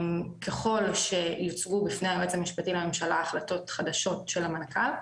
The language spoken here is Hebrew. ככל שיוצגו בפני היועץ המשפטי לממשלה החלטות חדשות של המנכ"ל,